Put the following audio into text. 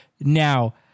Now